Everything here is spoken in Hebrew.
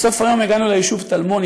בסוף היום הגענו ליישוב טלמון,